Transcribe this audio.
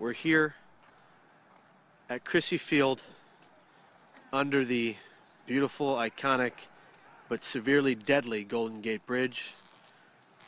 we're here at crissy field under the beautiful iconic but severely deadly golden gate bridge